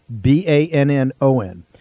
B-A-N-N-O-N